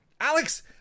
Alex